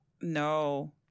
No